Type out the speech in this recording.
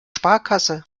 sparkasse